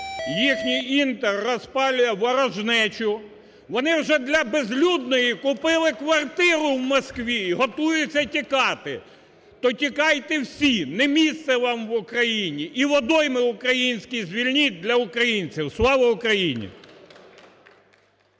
їхній "Інтер" розпалює ворожнечу. Вони вже для Безлюдної купили квартиру в Москві, готуються тікати. То тікайте всі, не місце вам в Україні! І водойми українські звільніть для українців. Слава Україні.